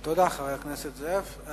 תודה, חבר הכנסת זאב.